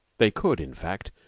they could, in fact,